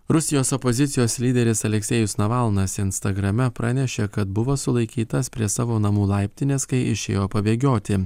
rusijos opozicijos lyderis aleksėjus navalnas instagrame pranešė kad buvo sulaikytas prie savo namų laiptinės kai išėjo pabėgioti